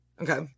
Okay